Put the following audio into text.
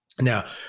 Now